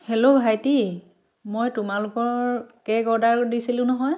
hello ভাইটি মই তোমালোকৰ কেক অৰ্ডাৰো দিছিলোঁ নহয়